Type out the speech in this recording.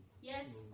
yes